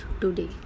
today